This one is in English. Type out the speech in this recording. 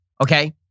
okay